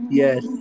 yes